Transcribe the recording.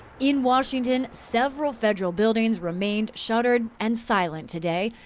in washington, several federal buildings remained shuttered and silent today,